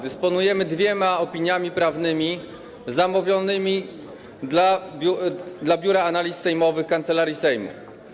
Dysponujemy dwiema opiniami prawnymi zamówionymi przez Biuro Analiz Sejmowych Kancelarii Sejmu.